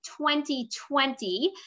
2020